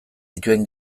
dituen